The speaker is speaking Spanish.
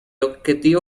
objetivo